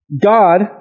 God